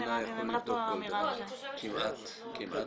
נאמרה פה אמירה --- לא, אני חושבת ש --- מה?